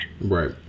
Right